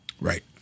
Right